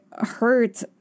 hurt